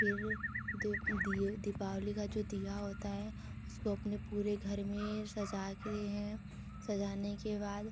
फिर दीप दीये दीपावली का जो दीया होता है उसको अपने पूरे घर में सजाते हैं सजाने के बाद